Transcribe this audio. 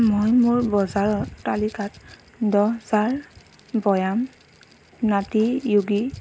মই মোৰ বজাৰৰ তালিকাত দহ জাৰ বয়াম নাটী য়োগী